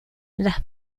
las